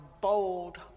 bold